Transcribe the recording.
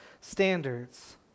standards